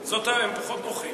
הם פחות נוחים לי.